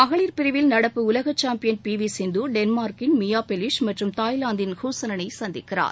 மகளிர் பிரிவில் நடப்பு உலக சாம்பியன் பி வி சிந்து டென்மார்க்கின் மியா பெலிஷ் ம்றற்ம தாய்லாந்தின் ஹுசனனை சந்திக்கிறார்